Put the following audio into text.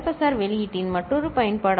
R வெளியீட்டின் மற்றொரு பயன்பாடாகும்